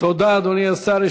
תודה, אדוני השר.